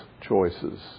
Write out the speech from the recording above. choices